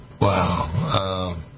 Wow